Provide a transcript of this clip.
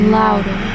louder